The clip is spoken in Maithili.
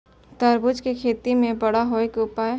तरबूज के तेजी से बड़ा होय के उपाय?